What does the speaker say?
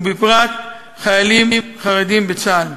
ובפרט חיילים חרדים בצה"ל.